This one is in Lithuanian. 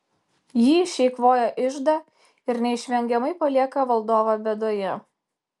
ji išeikvoja iždą ir neišvengiamai palieka valdovą bėdoje